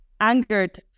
angered